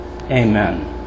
Amen